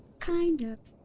kind of.